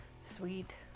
Sweet